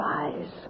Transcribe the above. eyes